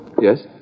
Yes